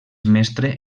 mestre